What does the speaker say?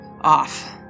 Off